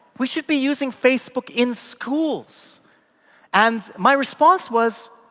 we should be using facebook in schools and my response was,